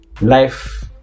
life